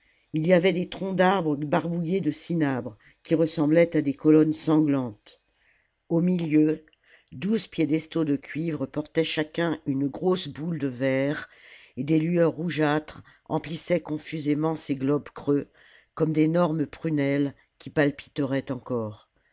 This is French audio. il y avait des troncs d'arbres barbouillés de cinabre qui ressemblaient à des colonnes sanglantes au milieu douze piédestaux de cuivre portaient chacun une grosse boule de verre et des lueurs rougeâtres emplissaient confusément ces globes creux comme d'énormes prunelles qui palpiteraient encore